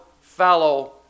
fallow